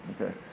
Okay